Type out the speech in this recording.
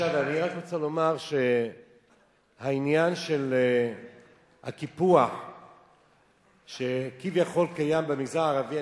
עכשיו אני רק רוצה לומר שהעניין של הקיפוח שכביכול קיים במגזר הערבי,